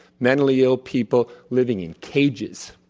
mentally ill people living in cages,